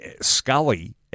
Scully